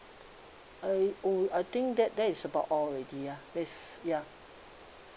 I will I think that that's about all already ya that's ya